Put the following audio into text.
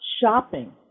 shopping